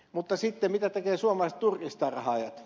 mutta sitten mitä tekevät suomalaiset turkistarhaajat